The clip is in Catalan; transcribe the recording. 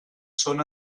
són